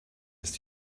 ist